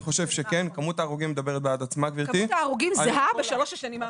כמות ההרוגים זהה בשלוש השנים האחרונות.